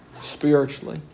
spiritually